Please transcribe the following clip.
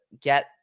get